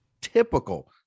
typical